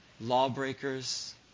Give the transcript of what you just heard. Lawbreakers